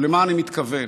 ולמה אני מתכוון?